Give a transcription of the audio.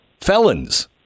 felons